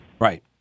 Right